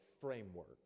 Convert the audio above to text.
framework